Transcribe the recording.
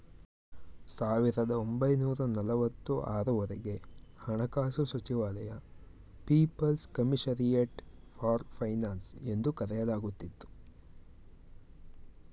ಸಾವಿರದ ಒಂಬೈನೂರ ನಲವತ್ತು ಆರು ವರೆಗೆ ಹಣಕಾಸು ಸಚಿವಾಲಯ ಪೀಪಲ್ಸ್ ಕಮಿಷರಿಯಟ್ ಫಾರ್ ಫೈನಾನ್ಸ್ ಎಂದು ಕರೆಯಲಾಗುತ್ತಿತ್ತು